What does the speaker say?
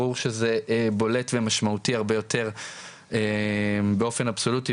ברור שזה בולט ומשמעותי הרבה יותר באופן אבסולוטי,